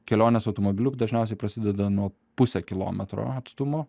kelionės automobiliu dažniausiai prasideda nuo puse kilometro atstumo